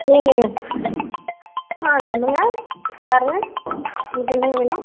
நீங்கள் ஆ சொல்லுங்கள் யாருங்க உங்களுக்கு என்னங்க வேணும்